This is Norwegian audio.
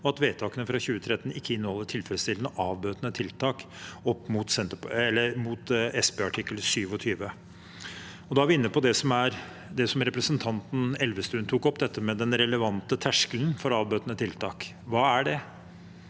og at vedtakene fra 2013 ikke inneholder tilfredsstillende avbøtende tiltak opp mot SP artikkel 27. Da er vi inne på det som representanten Elvestuen tok opp, dette med den relevante terskelen for avbøtende tiltak. Hva er det?